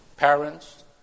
Parents